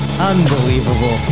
Unbelievable